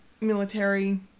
military